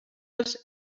els